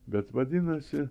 bet vadinasi